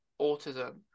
autism